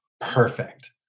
Perfect